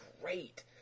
great